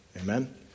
Amen